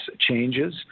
changes